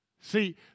See